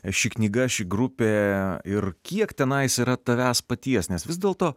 ši knyga ši grupė ir kiek tenais yra tavęs paties nes vis dėlto